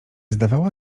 zdawała